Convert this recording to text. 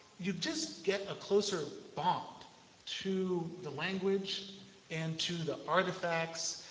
you just get a closer bond to the language and to the artifacts.